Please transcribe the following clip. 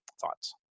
thoughts